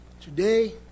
Today